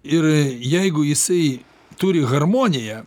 ir jeigu jisai turi harmoniją